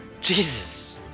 Jesus